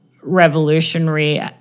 revolutionary